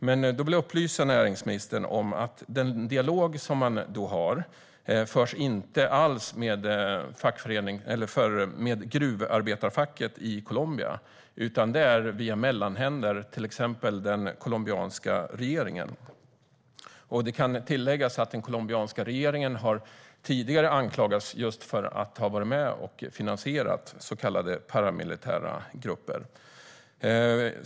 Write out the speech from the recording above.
Men låt mig upplysa näringsministern om att den dialog som förs inte alls förs med gruvarbetarfacket i Colombia utan via mellanhänder, till exempel den colombianska regeringen. Det kan tilläggas att den colombianska regeringen tidigare har anklagats för att vara med och finansiera just paramilitära grupper.